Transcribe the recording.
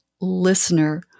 listener